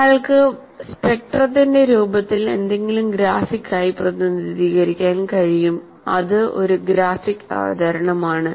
ഒരാൾക്ക് സ്പെക്ട്രത്തിന്റെ രൂപത്തിൽ എന്തെങ്കിലും ഗ്രാഫിക്കായി പ്രതിനിധീകരിക്കാൻ കഴിയും അത് ഒരു ഗ്രാഫിക് അവതരണമാണ്